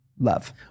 love